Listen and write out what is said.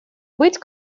быть